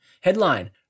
Headline